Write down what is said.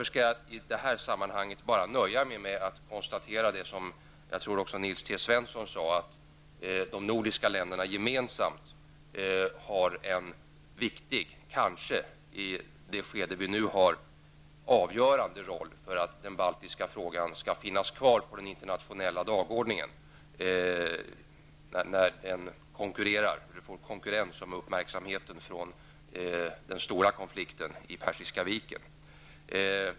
Jag skall i detta sammanhang nöja mig med att konstatera, som jag tror att också Nils T Svensson gjorde, att de nordiska länderna gemensamt spelar en viktig, i nuvarande läge kanske avgörande roll för att den baltiska frågan skall få finnas kvar på den internationella dagordningen. Den baltiska frågan konkurrerar om uppmärksamheten med den stora konflikten i Persiska Viken.